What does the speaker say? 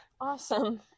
awesome